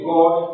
God